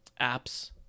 apps